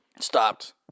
stopped